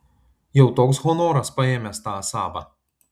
jau toks honoras paėmęs tą asabą